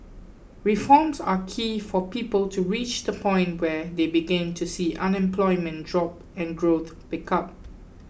reforms are key for people to reach the point where they begin to see unemployment drop and growth pick up